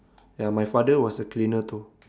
ya my father was a cleaner too